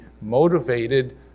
motivated